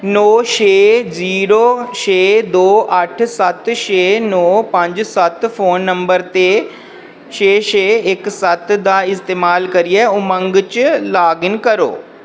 नौ छे जीरो छे दो अट्ठ सत्त छे नो पंज सत्त फोन नंबर ते छे छे इक सत्त दा इस्तेमाल करियै उमंग च लाग इन करो